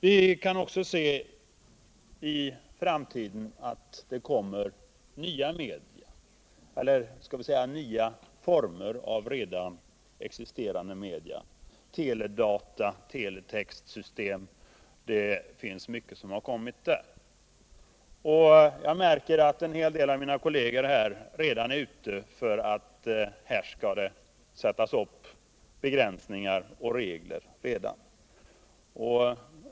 Vi kan också se att det i framtiden kommer nya former av redan existerande media, som teledata och teletextsystem. Jag märker att en hel del av mina kolleger redan är ute för att sätta upp begränsningar och regler här.